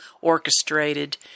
orchestrated